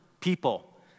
people